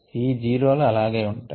ఈ జీరో లు అలాగే ఉంటాయి